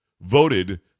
voted